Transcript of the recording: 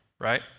Right